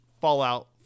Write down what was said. fallout